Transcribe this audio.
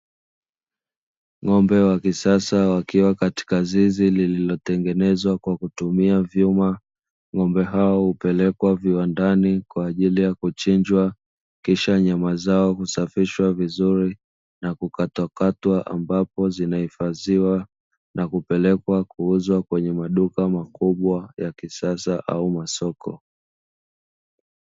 N'gombe wa kisasa wakiwa katika zizi nililotengeneza kwa kutumia vyuma. Ng'ombe hawa hupelekwa kiwandani kwa ajili ya kuchinjwa, kisha nyama zao husafishwa vizuri na kukatwakatwa, ambapo zinahifadhiwa na kupelekwa kuuzwa kwenye maduka makubwa ya kisasa au masoko.